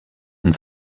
und